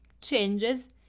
changes